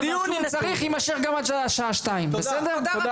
הדיון, אם צריך, יימשך גם עד השעה 14:00. תודה.